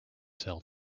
sell